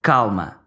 Calma